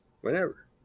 Whenever